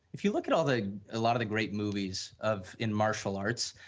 if you look at all the a lot of the great movies of in martial arts,